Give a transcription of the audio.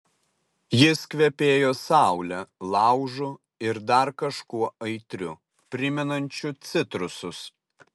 jis kvepėjo saule laužu ir dar kažkuo aitriu primenančiu citrusus